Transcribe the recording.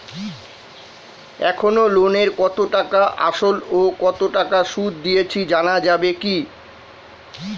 এখনো লোনের কত টাকা আসল ও কত টাকা সুদ দিয়েছি জানা যাবে কি?